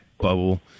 bubble